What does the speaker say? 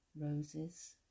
roses